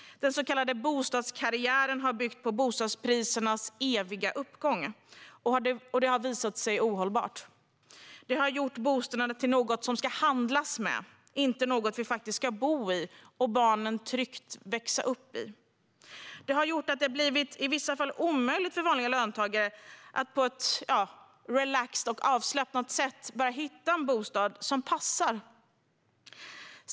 Den så kallade bostadskarriären har byggt på bostadsprisernas eviga uppgång, och det har visat sig vara ohållbart. Det har gjort bostäder till något som ska handlas med, inte något att bo i och för barnen något tryggt att växa upp i. Det har gjort att det i vissa fall har blivit omöjligt för vanliga löntagare att på ett relaxed och avslappnat sätt hitta en bostad som passar.